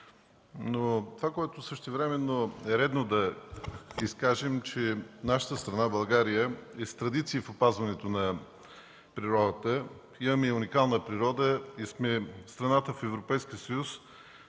Това, което същевременно е редно да изкажем, е, че нашата страна е с традиции в опазването на природата. Имаме уникална природа и сме страната в Европейския съюз